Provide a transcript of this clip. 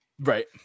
right